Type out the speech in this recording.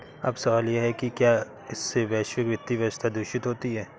अब सवाल यह है कि क्या इससे वैश्विक वित्तीय व्यवस्था दूषित होती है